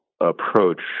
approach